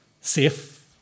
safe